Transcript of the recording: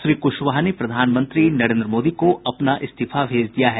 श्री कुशवाहा ने प्रधानमंत्री नरेन्द्र मोदी को अपना इस्तीफा भेज दिया है